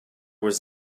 was